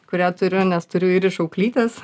kurią turiu nes turiu ir iš auklytės